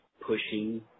pushing